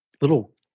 little